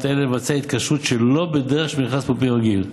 אלה לבצע התקשרות שלא בדרך של מכרז פומבי רגיל,